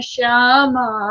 Shama